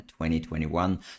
2021